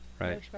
Right